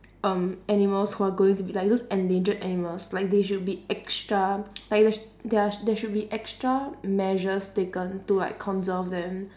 um animals who are going to be like those endangered animals like they should be extra like there there are there should be extra measures taken to like conserve them